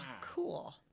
Cool